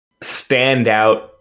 standout